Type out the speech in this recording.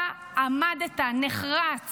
אתה עמדת נחרץ